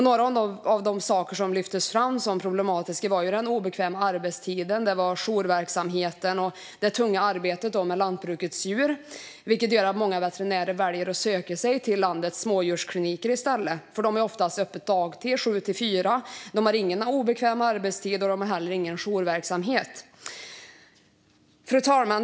Några av de av de saker som lyftes fram som problematiska var den obekväma arbetstiden, jourverksamheten och det tunga arbetet med lantbrukets djur. Detta gör att många veterinärer väljer att söka sig till landets smådjurskliniker i stället, för de har oftast öppet dagtid 7-16. Där har man inga obekväma arbetstider och heller ingen jourverksamhet. Fru talman!